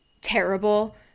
terrible